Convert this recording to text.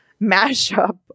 mashup